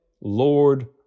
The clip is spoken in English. Lord